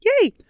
Yay